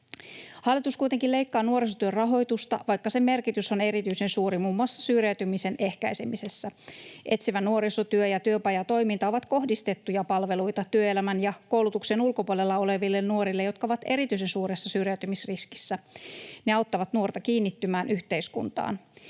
Hallitus kuitenkin leikkaa nuorisotyön rahoitusta, vaikka sen merkitys on erityisen suuri muun muassa syrjäytymisen ehkäisemisessä. Etsivä nuorisotyö ja työpajatoiminta ovat kohdistettuja palveluita työelämän ja koulutuksen ulkopuolella oleville nuorille, jotka ovat erityisen suuressa syrjäytymisriskissä. Ne auttavat nuorta kiinnittymään yhteiskuntaan.